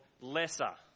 lesser